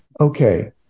Okay